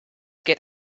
get